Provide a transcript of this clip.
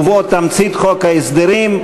ובו תמצית חוק ההסדרים,